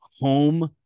home